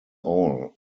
all